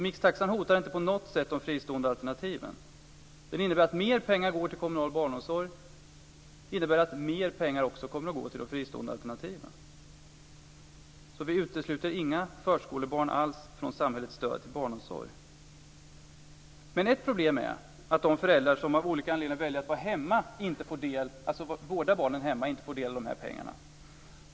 Mixtaxan hotar inte på något sätt de fristående alternativen. Den innebär att mer pengar går till kommunal barnomsorg och att mer pengar också kommer att gå till de fristående alternativen, så vi utesluter inte alls några barn från samhällets stöd till barnomsorg. Men ett problem är att de föräldrar som av olika anledningar väljer att vårda barnen hemma inte får del av pengarna.